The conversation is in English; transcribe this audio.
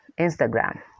Instagram